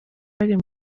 bari